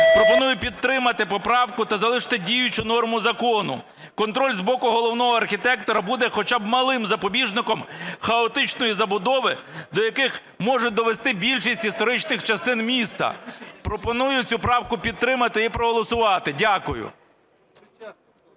Пропоную підтримати поправку та залишити діючу норму закону. Контроль з боку головного архітектора буде хоча б малим запобіжником хаотичної забудови, до яких можуть довести більшість історичних частин міста. Пропоную цю правку підтримати і проголосувати. Дякую.